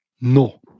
no